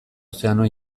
ozeano